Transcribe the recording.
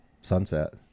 sunset